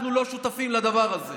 אנחנו לא שותפים לדבר הזה.